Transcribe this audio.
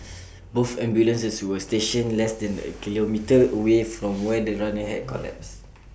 both ambulances were stationed less than A kilometre away from where the runner had collapsed